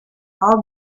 i’ll